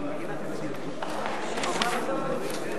להלן תוצאות ההצבעה על הצעת חוק המים (תיקון,